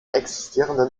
existierenden